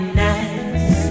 nice